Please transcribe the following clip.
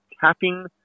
tapping